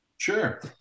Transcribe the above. Sure